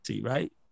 right